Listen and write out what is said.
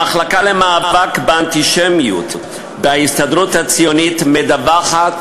המחלקה למאבק באנטישמיות בהסתדרות הציונית מדווחת